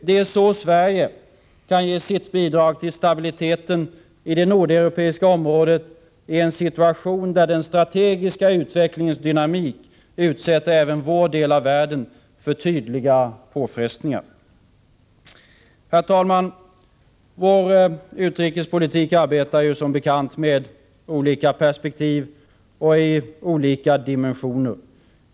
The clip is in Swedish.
Det är så Sverige kan ge sitt bidrag till stabiliteten i det nordeuropeiska området i en situation där den strategiska utvecklingens dynamik utsätter även vår del av världen för tydliga påfrestningar. Herr talman! Vår utrikespolitik arbetar som bekant med olika perspektiv och i olika dimensioner.